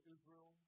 Israel